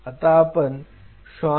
आता आपण श्वान पेशी सादर करू